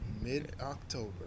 Mid-October